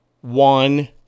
one